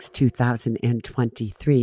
2023